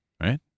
right